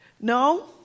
No